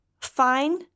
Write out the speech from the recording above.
fine